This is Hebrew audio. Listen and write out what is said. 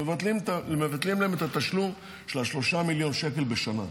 את התשלום של ה-3 מיליון שקל בשנה.